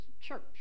church